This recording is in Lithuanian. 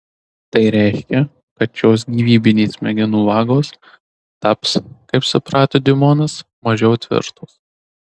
tai reiškia kad šios gyvybinės smegenų vagos taps kaip suprato diumonas mažiau tvirtos